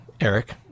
Eric